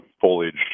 foliage